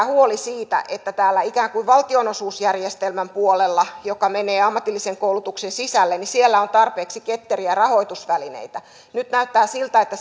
huoli siitä että täällä valtionosuusjärjestelmän puolella joka menee ammatillisen koulutuksen sisälle on tarpeeksi ketteriä rahoitusvälineitä nyt näyttää siltä että